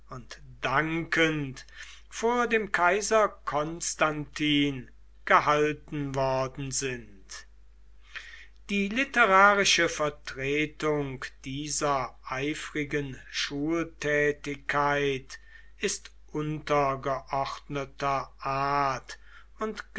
und dankend vor dem kaiser konstantin gehalten worden sind die literarische vertretung dieser eifrigen schultätigkeit ist untergeordneter art und